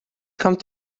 kommt